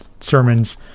sermons